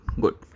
good